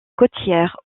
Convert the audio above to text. côtière